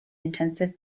intensive